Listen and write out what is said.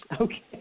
okay